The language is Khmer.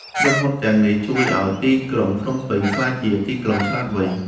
ក្រុមហ៊ុនទាំងនេះជួយឱ្យទីក្រុងភ្នំពេញ ក្លាយជាទីក្រុងឆ្លាតវៃ។